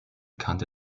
kannte